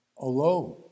alone